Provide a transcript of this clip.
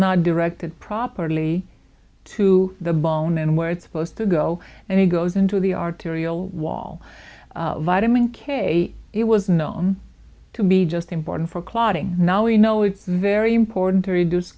not directed properly to the bone and where it's supposed to go and he goes into the arterial wall vitamin k it was known to be just important for clotting now we know it's very important to reduce